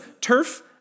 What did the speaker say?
turf